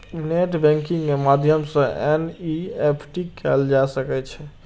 net banking के माध्यम सं एन.ई.एफ.टी कैल जा सकै छै